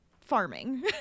farming